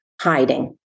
hiding